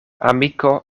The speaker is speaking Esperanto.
amiko